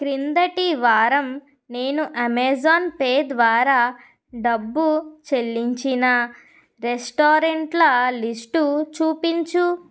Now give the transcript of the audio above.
క్రిందటి వారం నేను అమెజాన్ పే ద్వారా డబ్బు చెల్లించిన రెస్టారెంట్ల లిస్టు చూపించు